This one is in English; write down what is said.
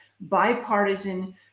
bipartisan